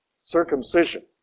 circumcision